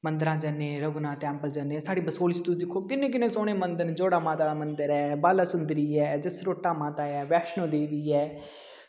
मंदरां जन्ने रघुनाथ टैम्पल जन्ने साढ़ी बसोह्ली च तुस दिक्खो किन्ने किन्ने सौह्ने मंदर न जोड़ा माता दा मंदर ऐ बाला सुंदरी ऐ जसरोटा माता ऐ वैष्णो देवी ऐ